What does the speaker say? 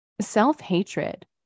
self-hatred